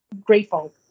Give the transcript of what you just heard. grateful